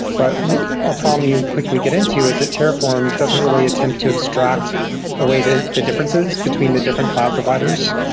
but a problem you quickly get into you is that terraform doesn't really attempt to abstract away the the differences between the different cloud providers.